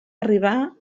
arribar